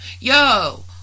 Yo